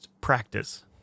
practice